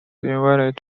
invited